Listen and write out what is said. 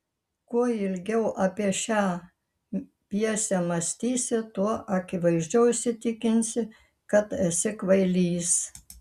kuo ilgiau apie šią pjesę mąstysi tuo akivaizdžiau įsitikinsi kad esi kvailys